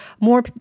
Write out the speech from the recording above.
more